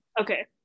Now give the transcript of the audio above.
okay